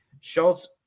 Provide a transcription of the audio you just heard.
Schultz